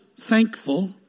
thankful